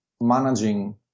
managing